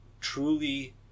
truly